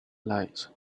lights